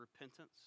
repentance